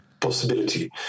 Possibility